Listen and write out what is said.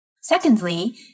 Secondly